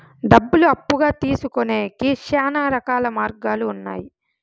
డబ్బులు అప్పుగా తీసుకొనేకి శ్యానా రకాల మార్గాలు ఉన్నాయి